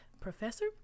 professor